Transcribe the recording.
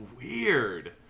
weird